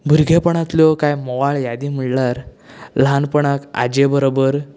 भुरगेपणातल्यों कांय मोवाळ यादी म्हणल्यार ल्हानपणांत आजये बरोबर